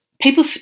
people